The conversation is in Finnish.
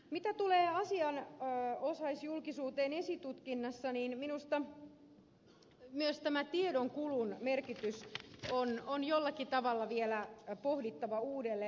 mitä tulee asianosaisjulkisuuteen esitutkinnassa niin minusta myös tämä tiedonkulun merkitys on jollakin tavalla vielä pohdittava uudelleen